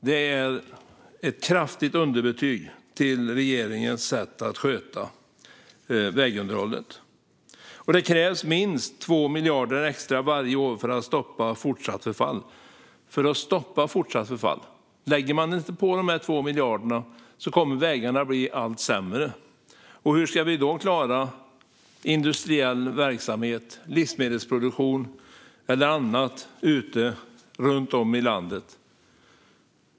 Detta är ett kraftigt underbetyg till regeringens sätt att sköta vägunderhållet. Det krävs minst 2 miljarder extra varje år för att stoppa fortsatt förfall. Lägger man inte på de här 2 miljarderna kommer vägarna att bli allt sämre, och hur ska vi då klara industriell verksamhet, livsmedelsproduktion och annat runt om i landet?